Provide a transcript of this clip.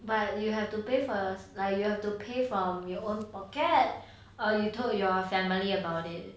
but you have to pay for yours like you have to pay from your own pocket or you told your family about it